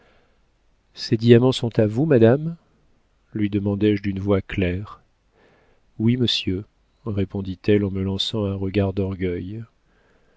ces diamants sont à vous madame lui demandai-je d'une voix claire oui monsieur répondit-elle en me lançant un regard d'orgueil